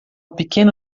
pequena